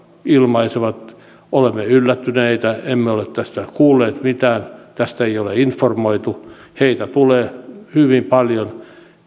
ilmaisevat että olemme yllättyneitä emme ole tästä kuulleet mitään tästä ei ole informoitu tulee hyvin paljon